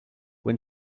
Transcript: when